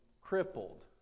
crippled